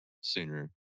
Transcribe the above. sooner